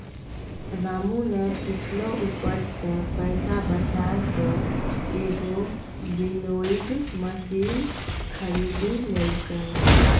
रामू नॅ पिछलो उपज सॅ पैसा बजाय कॅ एक विनोइंग मशीन खरीदी लेलकै